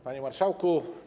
Panie Marszałku!